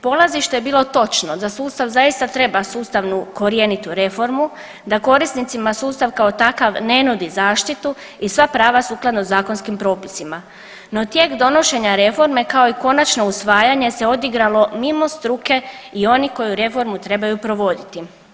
Polazište je bilo točno, da sustav zaista treba sustavnu korjenitu reformu, da korisnicima sustav kao takav ne nudi zaštitu i sva prava sukladno zakonskim propisima no tijek donošenja reforme kao i konačno usvajanje se odigralo mimo struke i oni koji reformu trebaju provoditi.